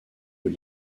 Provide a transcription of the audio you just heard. aux